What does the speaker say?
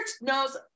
knows